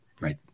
Right